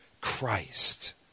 Christ